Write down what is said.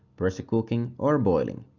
pressure cooking or boiling.